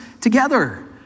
together